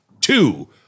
two